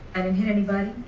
and and hit anybody,